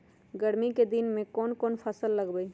गर्मी के दिन में कौन कौन फसल लगबई?